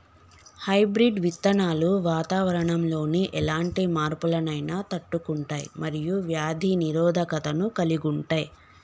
hybrid విత్తనాలు వాతావరణంలోని ఎలాంటి మార్పులనైనా తట్టుకుంటయ్ మరియు వ్యాధి నిరోధకతను కలిగుంటయ్